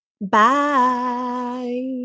bye